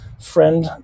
friend